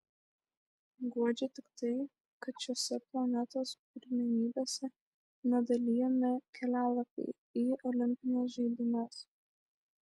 guodžia tik tai kad šiose planetos pirmenybėse nedalijami kelialapiai į olimpines žaidynes